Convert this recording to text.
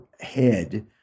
head